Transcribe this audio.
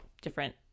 different